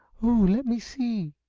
oh, let me see!